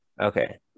okay